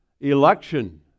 Election